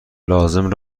لازم